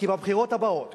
כי בבחירות הבאות,